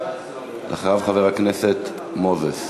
אחריו, חבר הכנסת מוזס.